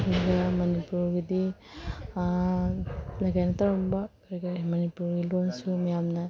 ꯑꯗꯨꯒ ꯃꯅꯤꯄꯨꯔꯒꯤꯗꯤ ꯀꯩꯅꯣ ꯇꯧꯔꯝꯕ ꯀꯔꯤ ꯀꯔꯤ ꯃꯅꯤꯄꯨꯔꯤ ꯂꯣꯟꯁꯨ ꯃꯌꯥꯝꯅ